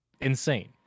insane